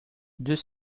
deux